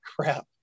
crap